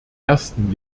ersten